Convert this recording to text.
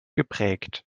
geprägt